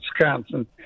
Wisconsin